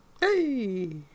Hey